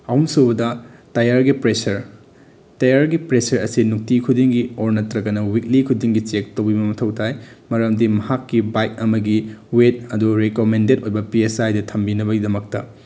ꯑꯍꯨꯝꯁꯨꯕꯗ ꯇꯥꯏꯌꯔꯒꯤ ꯄ꯭ꯔꯦꯁꯔ ꯇꯥꯏꯌꯔꯒꯤ ꯄ꯭ꯔꯦꯁꯔ ꯑꯁꯤ ꯅꯨꯡꯇꯤ ꯈꯨꯗꯤꯡꯒꯤ ꯑꯣꯔ ꯅꯠꯇ꯭ꯔꯒꯅ ꯋꯤꯛꯂꯤ ꯈꯨꯗꯤꯡꯒꯤ ꯆꯦꯛ ꯇꯧꯕꯤꯕ ꯃꯊꯧ ꯇꯥꯏ ꯃꯔꯝꯗꯤ ꯃꯍꯥꯛꯀꯤ ꯕꯥꯏꯛ ꯑꯃꯒꯤ ꯋꯦꯠ ꯑꯗꯨ ꯔꯤꯀꯝꯃꯦꯟꯗꯦꯠ ꯑꯣꯏꯕ ꯄꯤ ꯑꯦꯁ ꯑꯥꯏꯗ ꯊꯝꯕꯤꯅꯕꯒꯤꯗꯃꯛꯇ